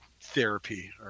therapy